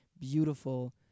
beautiful